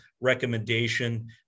recommendation